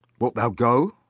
will thou go?